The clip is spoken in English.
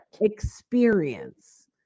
experience